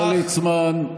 השר ליצמן,